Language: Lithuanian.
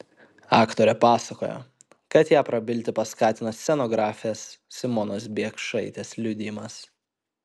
aktorė pasakojo kad ją prabilti paskatino scenografės simonos biekšaitės liudijimas